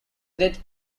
dead